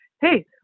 Hey